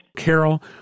Carol